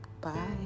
Bye